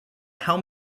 how